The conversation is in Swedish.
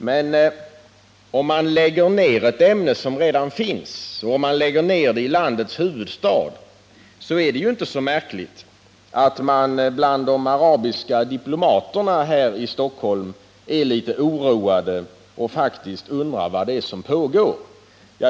Men om man lägger ner detta ämne som redan finns — och om man lägger ner det i landets huvudstad — så är det inte så märkligt att de arabiska diplomaterna här i Stockholm är litet oroade och faktiskt undrar vad det är som pågår.